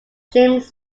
james